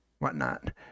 Whatnot